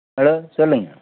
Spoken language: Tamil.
ஹலோ சொல்லுங்கள்